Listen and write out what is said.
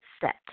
set